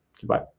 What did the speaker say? Goodbye